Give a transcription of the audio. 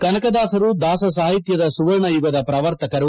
ಕನಕದಾಸರು ದಾಸ ಸಾಹಿತ್ಯದ ಸುವರ್ಣ ಯುಗದ ಪ್ರವರ್ತಕರು